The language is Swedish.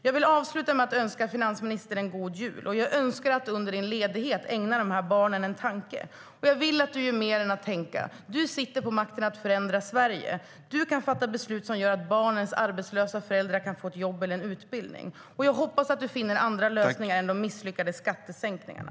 Jag avslutar med att önska dig en god jul, finansministern. Jag önskar att du under din ledighet ägnar dessa barn en tanke. Jag vill förresten att du gör mer än att tänka. Du sitter på makten att förändra Sverige. Du kan fatta beslut som gör att barnens arbetslösa föräldrar kan få jobb eller utbildning. Jag hoppas att du finner andra lösningar än de misslyckade skattesänkningarna.